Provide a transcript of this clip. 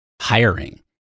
hiring